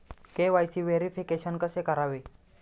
KYC verification कसे करावे?